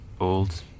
old